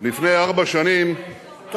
לפני ארבע שנים, מה אתם מדברים?